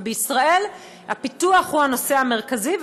ובישראל הפיתוח הוא הנושא המרכזי,